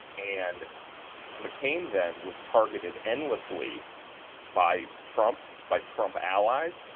and mccain then was targeted endlessly by trump, by trump allies,